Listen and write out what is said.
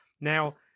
Now